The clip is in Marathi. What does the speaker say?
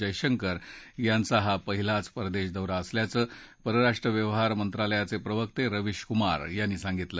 जयशंकर यांचा हा पहिलाचा परदेश दौरा असल्याचं परराष्ट्र व्यवहार मंत्रालयाचे प्रवक्ते रविश कुमार यांनी सांगितलं